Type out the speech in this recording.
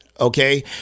Okay